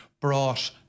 brought